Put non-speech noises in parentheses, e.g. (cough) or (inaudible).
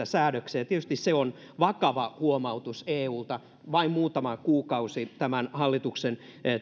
(unintelligible) säädöksiä ja tietysti se on vakava huomautus eulta vain muutama kuukausi tämän hallituksen